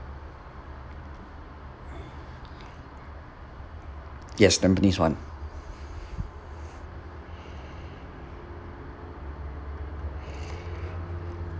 yes tampines one